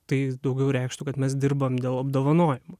tai daugiau reikštų kad mes dirbam dėl apdovanojimų